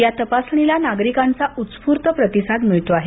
या तपासणीला नागरिकांचा उत्स्फूर्त प्रतिसाद मिळतो आहे